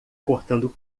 cortando